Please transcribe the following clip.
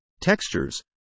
textures